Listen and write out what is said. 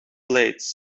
blades